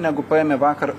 negu paėmė vakar